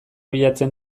bilatzen